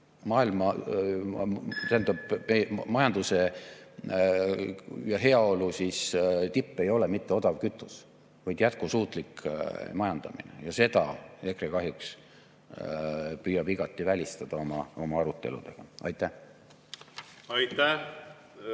Majanduse ja heaolu tipp ei ole mitte odav kütus, vaid jätkusuutlik majandamine. Aga seda EKRE kahjuks püüab igati välistada oma oma aruteludega. Aitäh! Aitäh!